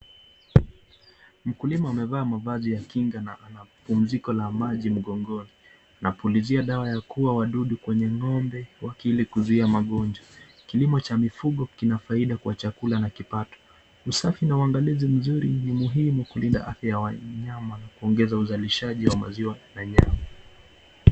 Mkulima amevaa mavazi ya kinga na anapumziko la maji mgongoni anapulizia dawa ya kuuwa wadudu kwenye ngombe ili kuzuiya magonjwa kilimo cha mifugo kina faida kwa chakula na kipato usafi na uangalizi ni muhimu kulinda afya ya wanyama kuongeza uzalizaji wa maziwana nyama.